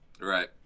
Right